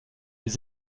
les